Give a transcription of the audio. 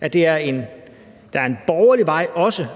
at der også er en borgerlig vej